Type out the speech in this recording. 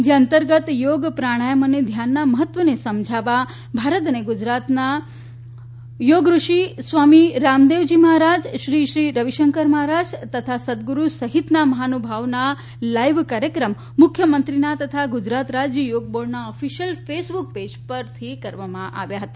જે અંતર્ગત યોગ પ્રાણાયમ અને ધ્યાનના મહત્વને સમજાવવા સ્વામી રામદેવ પ્રજય શ્રી શ્રી રવિશંકર મહારાજ તથા સદગુરુજી સહિતના મહાનુભાવોના લાઇવ કાર્યક્રમ મુખ્યમંત્રીના તથા ગુજરાત રાજય યોગ બોર્ડના ઓફિશિયલ ફેસબુક પેઇજથી કરવામાં આવ્યા છે